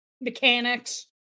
mechanics